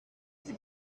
die